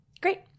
great